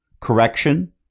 Correction